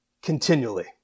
continually